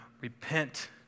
Repent